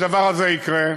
יקרה,